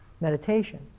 meditation